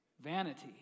Vanity